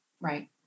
right